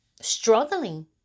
struggling